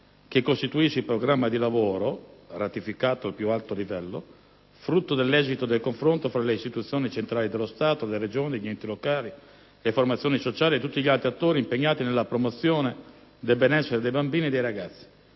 che costituisce il programma di lavoro, ratificato al più alto livello, frutto dell'esito del confronto tra le istituzioni centrali dello Stato, le Regioni, gli enti locali, le formazioni sociali e tutti gli altri attori impegnati nella promozione del benessere dei bambini e dei ragazzi,